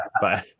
Bye